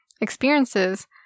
experiences